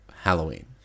Halloween